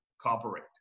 cooperate